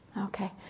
Okay